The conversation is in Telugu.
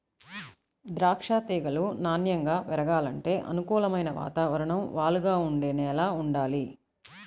దాచ్చా తీగలు నాన్నెంగా పెరగాలంటే అనుకూలమైన వాతావరణం, వాలుగా ఉండే నేల వుండాలి